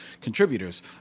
contributors